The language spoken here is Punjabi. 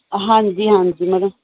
ਹਾਂਜੀ ਹਾਂਜੀ ਮੈਡਮ